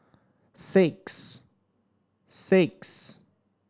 six six